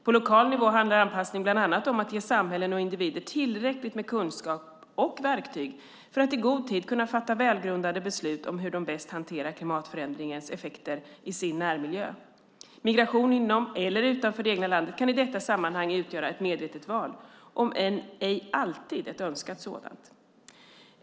På lokal nivå handlar anpassning bland annat om att ge samhällen och individer tillräckligt med kunskap och verktyg för att i god tid kunna fatta välgrundade beslut om hur de bäst hanterar klimatförändringens effekter i sin närmiljö. Migration inom eller utanför det egna landet kan i detta sammanhang utgöra ett medvetet val, om än ej alltid ett önskat sådant.